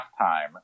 halftime